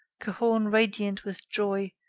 cahorn radiant with joy,